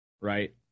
right